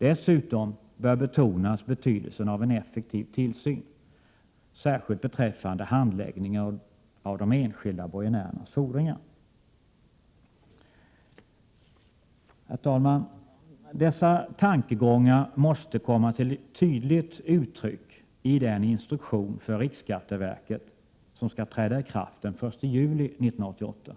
Dessutom bör betonas betydelsen av en effektiv tillsyn, särskilt beträffande handläggningen av de enskilda borgenärernas fordringar. Herr talman! Dessa tankegångar måste komma till tydligt uttryck i den instruktion för riksskatteverket som skall träda i kraft den 1 juli 1988.